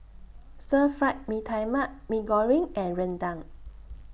Stir Fry Mee Tai Mak Mee Goreng and Rendang